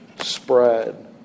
spread